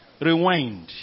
Rewind